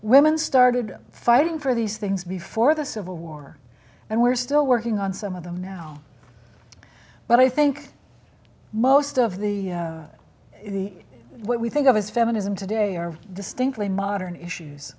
women started fighting for these things before the civil war and we're still working on some of them now but i think most of the what we think of as feminism today are distinctly modern